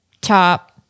top